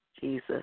Jesus